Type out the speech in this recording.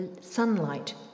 sunlight